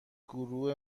گروه